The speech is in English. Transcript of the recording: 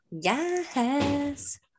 Yes